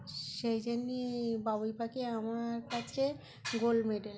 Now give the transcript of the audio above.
সেই জন্য বাবুই পাখি আমার কাছে গোল্ড মেডেল